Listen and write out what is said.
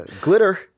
Glitter